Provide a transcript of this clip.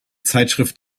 zeitschrift